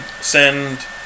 send